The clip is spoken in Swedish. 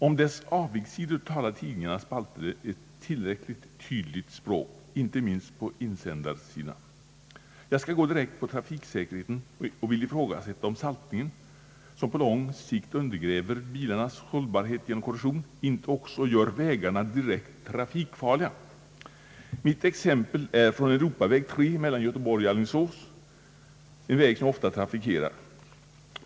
Om dess avigsidor talar tidningarnas spalter ett tillräckligt tydligt språk, inte minst på insändarsidorna. Jag skall gå direkt på trafiksäkerheten och vill ifrågasätta om saltningen, som på lång sikt undergräver bilarnas hållbarhet genom korrosion, inte också gör vägarna direkt trafikfarliga. Mitt exempel är från europaväg 3 mellan Göteborg och Alingsås, en sträcka som jag ofta trafikerar.